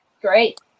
Great